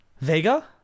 Vega